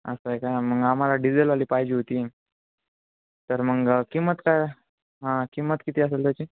असं आहे काय मग आम्हाला डिझेलवाली पाहिजे होती तर मग किंमत काय हां किंमत किती असेल त्याची